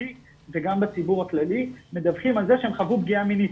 גם בערבי וגם בציבור הכללי מדווחים על זה שהם חוו פגיעה מינית,